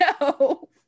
no